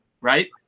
Right